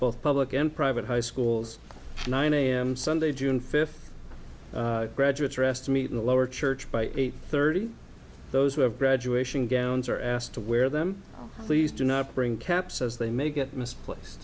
both public and private high schools nine am sunday june fifth graduates are asked to meet in the lower church by eight thirty those who have graduation gowns are asked to wear them please do not bring caps as they may get misplaced